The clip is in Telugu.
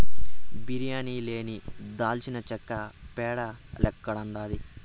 బిర్యానీ లేని దాల్చినచెక్క పేడ లెక్కుండాది